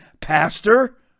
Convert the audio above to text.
pastor